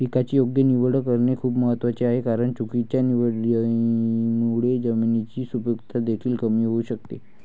पिकाची योग्य निवड करणे खूप महत्वाचे आहे कारण चुकीच्या निवडीमुळे जमिनीची सुपीकता देखील कमी होऊ शकते